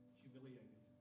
humiliated